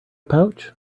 pouch